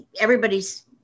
everybody's